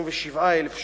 27,000 שקלים.